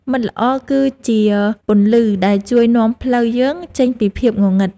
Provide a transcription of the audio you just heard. មិត្តល្អគឺជាពន្លឺដែលជួយនាំផ្លូវយើងចេញពីភាពងងឹត។